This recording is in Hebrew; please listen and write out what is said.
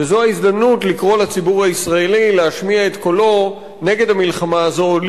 וזו ההזדמנות לקרוא לציבור הישראלי להשמיע את קולו נגד המלחמה הזאת,